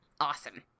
Awesome